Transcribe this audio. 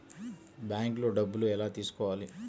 బ్యాంక్లో డబ్బులు ఎలా తీసుకోవాలి?